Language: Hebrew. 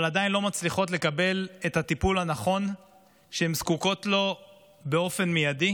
אבל עדיין לא מצליחות לקבל את הטיפול הנכון שהן זקוקות לו באופן מיידי.